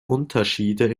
unterschiede